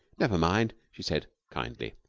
never mind, she said, kindly.